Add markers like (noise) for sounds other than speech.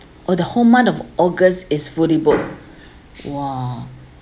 oh the whole month of august is fully booked (breath) !wah!